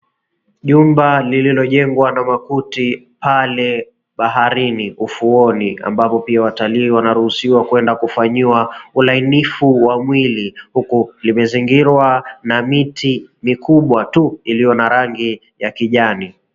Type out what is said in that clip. Jumba lililojengwa na makuti baharini ufuoni, ambapo pia watalii wanaruhusiwa kwenda kufanyiwa ulainifu wa mwili huku limezingirwa na miti mikubwa tu iliyo na rangi ya kijani.